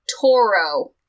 Toro